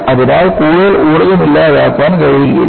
അതിനാൽ കൂടുതൽ ഊർജ്ജം ഇല്ലാതാക്കാൻ കഴിയില്ല